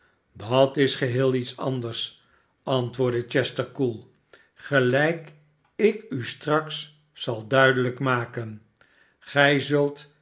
dat is geheel iets anders antwoordde chester koel gelijk ik u straks zal duidelijk maken